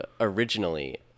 originally